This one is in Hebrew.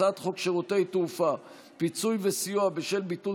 הצעת חוק שירותי תעופה (פיצוי וסיוע בשל ביטול